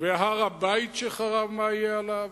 והר-הבית שחרב, מה יהא עליו?